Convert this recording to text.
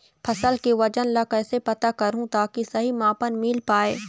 फसल के वजन ला कैसे पता करहूं ताकि सही मापन मील पाए?